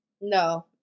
no